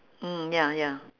mm ya ya